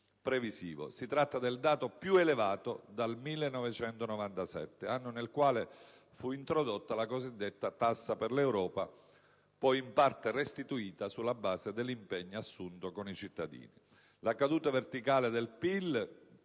(si tratta del dato più elevato dal 1997, anno nel quale fu introdotta la cosiddetta tassa per l'Europa, poi in parte restituita sulla base dell'impegno assunto con i cittadini).